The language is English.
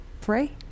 three